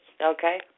Okay